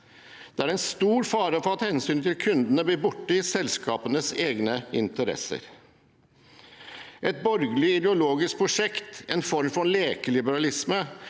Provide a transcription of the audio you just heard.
Det er en stor fare for at hensynet til kundene blir borte i selskapenes egne interesser. Et borgerlig ideologisk prosjekt med en form for lekeliberalisme,